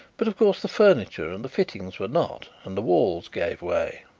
but of course the furniture and the fittings were not and the walls gave way.